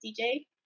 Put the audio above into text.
DJ